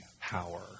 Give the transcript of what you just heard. power